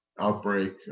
outbreak